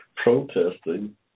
Protesting